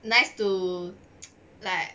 nice to like